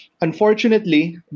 unfortunately